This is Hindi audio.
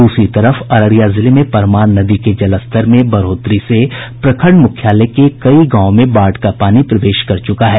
दूसरी तरफ अररिया जिले में परमान नदी के जलस्तर में बढ़ोतरी से प्रखंड मुख्यालय के कई गांवों में बाढ़ का पानी प्रवेश कर चुका है